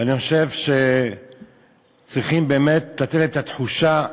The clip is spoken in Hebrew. ואני חושב שצריכים באמת לתת את התחושה,